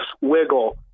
wiggle